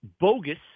bogus